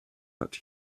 but